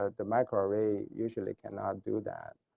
ah the microarray usually cannot do that.